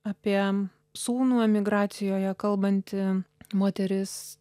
apie sūnų emigracijoje kalbanti moteris